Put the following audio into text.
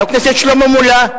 חבר הכנסת שלמה מולה?